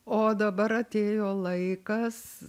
o dabar atėjo laikas